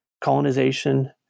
colonization